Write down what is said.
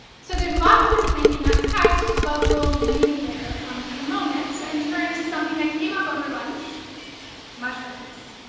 so there's lots more to think in that text, but we'll leave it there for the moment and turn to something that came up over lunch mushrooms.